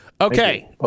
Okay